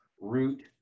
root